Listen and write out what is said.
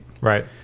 Right